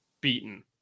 beaten